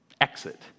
exit